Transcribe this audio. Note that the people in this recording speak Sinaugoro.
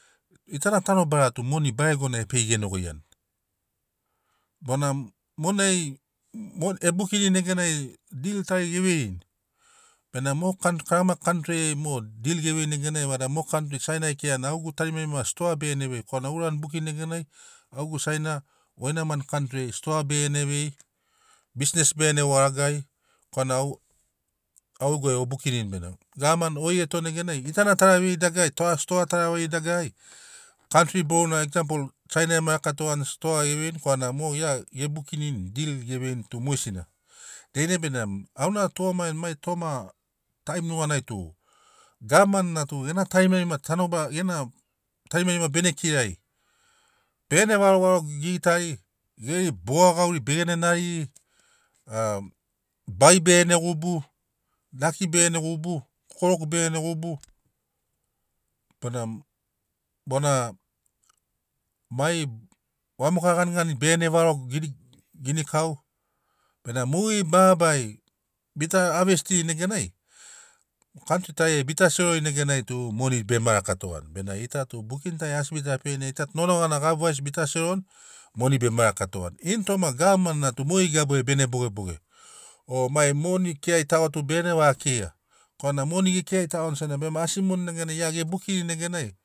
Gitana tanobara tu moni baregona e pei genogoiani bona monai mo e bukinini neganai dil tari ge veirini benamo mo kanti karama kantri ai mo dil ge veini neganai vada mo kantri saina e kirani au gegu tarimarima stoa begene vei korana o urani bukini neganai au gegu saina goina mani kantri stoa begene vei bisnes begene vagaragari korana au au geguai o bukinini bene. Gavamani oi etoni neganai gitana tara veiri dagarari sto- stoa tara vei dagarari kantri boruna eksampol saina ema rakatogani stoa ge veini korana mo gia ge bukinini dil ge veini tu mogesina dainai benamo auna a tugamagiani mai toma a taim nuganai tu gavamani na tu gena tarimarima tanobara gena tarimarima bene kirari begene varo gigitari geri boga gauri begene nariri a bai begene gubu, daki begene gubu, kokoroku begene gubu bona bona mai vamoka ganigani begene varo gini ginikau benamo mogeri mabarari bita havestirini neganai kantri tari ai bita serorini neganai tu moni bema rakatogani benamo gita tu bukin tari tu asi bita peini gita tu nonogana gabi vaisi bita seroni moni bema rakatogani ini toma gavamani na tu mogeri gabuai bene bogeboge o mai moni kiragitago tu begene vaga keia korana moni ge kiragitagoni senagi bema asi moni neganai gia ge bukinini neganai